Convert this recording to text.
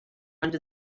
under